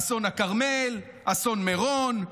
אסון הכרמל, אסון מירון.